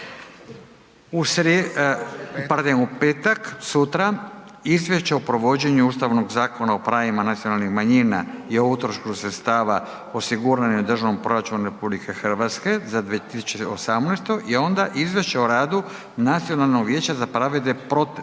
u petak sutra Izvješće o provođenju Ustavnog zakona o pravima nacionalnih manjina i o utrošku sredstava osiguranih u Državnom proračunu RH za 2018. i onda Izvješće o radu Nacionalnog vijeća za praćenje